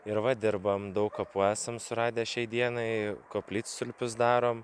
ir va dirbam daug kapų esam suradę šiai dienai koplytstulpius darom